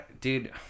dude